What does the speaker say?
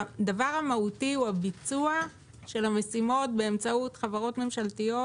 הדבר המהותי הוא ביצוע המשימות באמצעות חברות ממשלתיות,